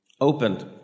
opened